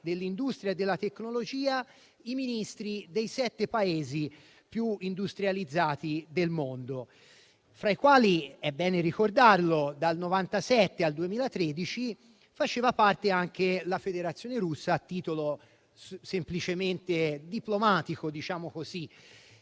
su industria e tecnologia i Ministri dei sette Paesi più industrializzati del mondo, fra i quali - è bene ricordarlo - dal 1997 al 2013 c'è stata anche la Federazione Russa, a titolo semplicemente diplomatico e in